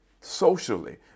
socially